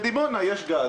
בדימונה יש גז.